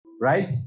right